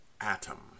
atom